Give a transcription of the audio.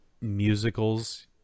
musicals